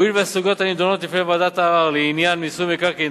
הואיל והסוגיות הנדונות לפני ועדת הערר לעניין מיסוי מקרקעין